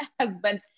husband